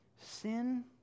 Sin